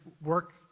work